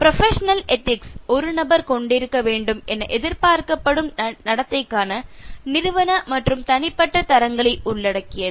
professional ethics ஒரு நபர் கொண்டிருக்க வேண்டும் என எதிர்பார்க்கப்படும் நடத்தைக்கான நிறுவன மற்றும் தனிப்பட்ட தரங்களை உள்ளடக்கியது